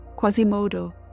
Quasimodo